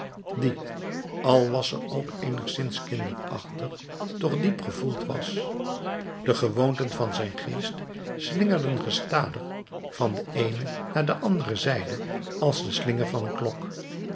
die al was ze ook eenigszins kinderachtig toch diep gevoeld was de gewoonten van zijn geest slingerden gestadig van de eene naar de andere zijde als de slinger van een klok